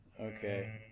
okay